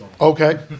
Okay